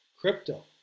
crypto